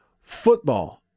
football